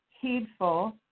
heedful